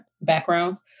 backgrounds